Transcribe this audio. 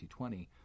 2020